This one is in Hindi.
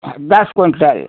दस कुन्टल